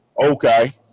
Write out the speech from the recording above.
Okay